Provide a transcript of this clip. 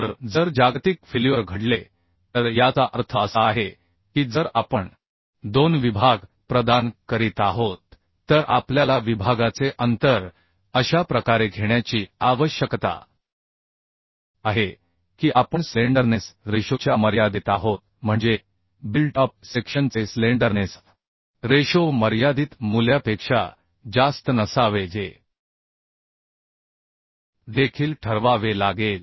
तर जर जागतिक फेल्युअर घडले तर याचा अर्थ असा आहे की जर आपण दोन विभाग प्रदान करीत आहोत तर आपल्याला विभागाचे अंतर अशा प्रकारे घेण्याची आवश्यकता आहे की आपण स्लेंडरनेस रेशोच्या मर्यादेत आहोत म्हणजे बिल्ट अप सेक्शनचे स्लेंडरनेस रेशो मर्यादित मूल्यापेक्षा जास्त नसावे जे देखील ठरवावे लागेल